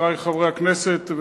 חברי חברי הכנסת,